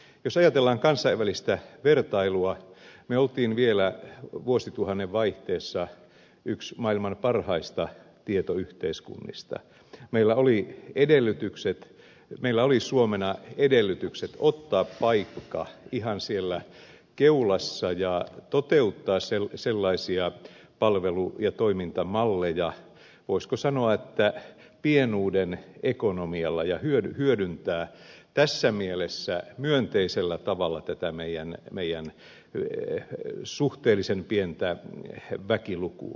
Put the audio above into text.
jos ajatellaan kansainvälistä vertailua me olimme vielä vuosituhannen vaihteessa yksi maailman parhaista tietoyhteiskunnista meillä oli suomena edellytykset ottaa paikka ihan siellä keulassa ja toteuttaa sellaisia palvelu ja toimintamalleja voisiko sanoa pienuuden ekonomialla ja hyödyntää tässä mielessä myönteisellä tavalla tätä meidän suhteellisen pientä väkilukua